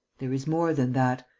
there is more than that.